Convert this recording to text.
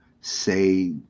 say